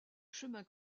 chemin